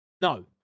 No